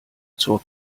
zur